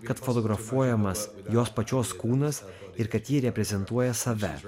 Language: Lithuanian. kad fotografuojamas jos pačios kūnas ir kad ji reprezentuoja save